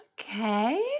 Okay